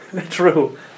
True